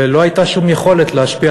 ולא הייתה שום יכולת להשפיע,